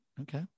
Okay